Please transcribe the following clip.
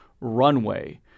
runway